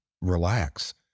relax